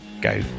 go